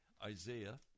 Isaiah